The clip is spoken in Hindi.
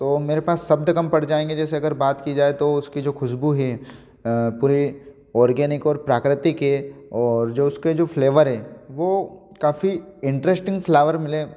तो वो मेरे पास शब्द कम पड़ जाएँगे जैसे अगर बात की जाए तो उसकी जो खुशबू है पूरी ऑर्गेनिक और प्राकृतिक है और उसके जो फ्लेवर हैं वो काफ़ी इंटरेस्टिंग फ्लावर मिले